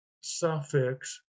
suffix